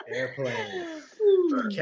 Airplane